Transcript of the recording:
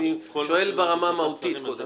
אני שואל ברמה המהותית קודם כל.